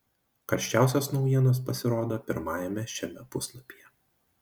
karščiausios naujienos pasirodo pirmajame šiame puslapyje